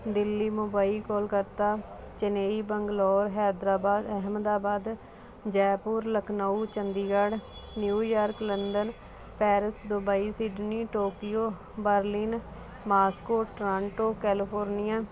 Delhi Mumbai Kolkata Chennai Bangalore Hyderabad Ahmedabad Jaipur Lucknow Chandigarh New York London Paris Dubai Sydney Tokyo Berlin Moscow Toronto California